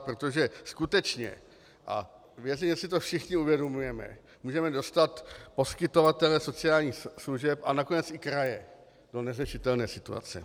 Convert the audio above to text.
Protože skutečně a věřím, že si to všichni uvědomujeme můžeme dostat poskytovatele sociálních služeb a nakonec i kraje do neřešitelné situace.